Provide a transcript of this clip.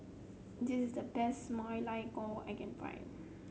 this the best Ma Lai Gao I can find